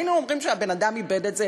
הרי היינו אומרים שהבן-אדם איבד את זה